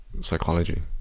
psychology